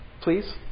please